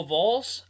Vols